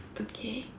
okay